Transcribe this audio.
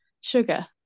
sugar